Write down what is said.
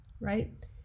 right